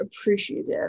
appreciative